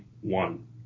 one